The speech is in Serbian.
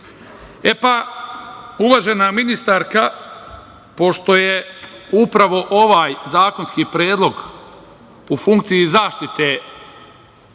okruženju. Uvažena ministarka, pošto je upravo ovaj zakonski predlog u funkciji zaštite,